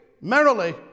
Merrily